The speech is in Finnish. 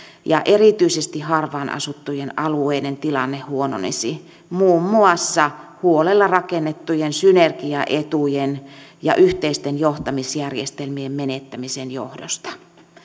ja erityisesti harvaan asuttujen alueiden tilanne huononisi muun muassa huolella rakennettujen synergiaetujen ja yhteisten johtamisjärjestelmien menettämisen johdosta